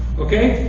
okay?